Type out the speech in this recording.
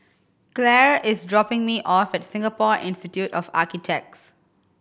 Claire is dropping me off at Singapore Institute of Architects